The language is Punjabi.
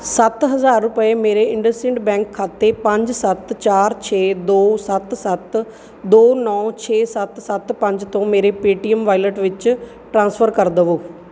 ਸੱਤ ਹਜ਼ਾਰ ਰੁਪਏ ਮੇਰੇ ਇੰਡਸਇੰਡ ਬੈਂਕ ਖਾਤੇ ਪੰਜ ਸੱਤ ਚਾਰ ਛੇ ਦੋ ਸੱਤ ਸੱਤ ਦੋ ਨੌ ਛੇ ਸੱਤ ਸੱਤ ਪੰਜ ਤੋਂ ਮੇਰੇ ਪੇਟੀਐੱਮ ਵਾਇਲਟ ਵਿੱਚ ਟ੍ਰਾਂਸਫਰ ਕਰ ਦੇਵੋ